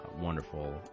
Wonderful